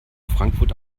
frankfurt